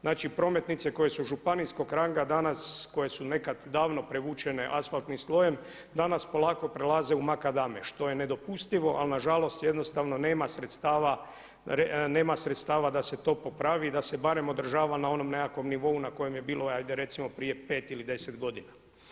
Znači prometnice koje su županijskog ranga danas, koje su nekad davno prevučene asfaltnim slojem danas polako prelaze u makadame što je nedopustivo ali na žalost jednostavno nema sredstava da se to popravi i da se barem održava na onom nekakvom nivou na kojem je bilo hajde recimo prije 5 ili 10 godina.